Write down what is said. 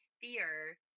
fear